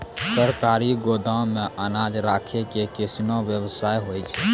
सरकारी गोदाम मे अनाज राखै के कैसनौ वयवस्था होय छै?